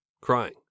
crying